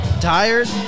tired